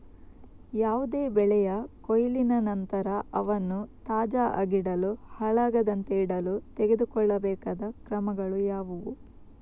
ಯಾವುದೇ ಬೆಳೆಯ ಕೊಯ್ಲಿನ ನಂತರ ಅವನ್ನು ತಾಜಾ ಆಗಿಡಲು, ಹಾಳಾಗದಂತೆ ಇಡಲು ತೆಗೆದುಕೊಳ್ಳಬೇಕಾದ ಕ್ರಮಗಳು ಯಾವುವು?